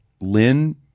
Lynn